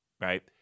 right